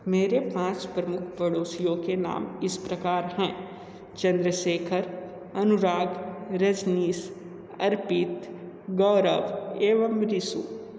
मेरे पाँच प्रमुख पड़ोसियों के नाम इस प्रकार हैं चंद्रशेखर अनुराग रजनीश अर्पित गौरव एवं ऋषि